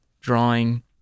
drawing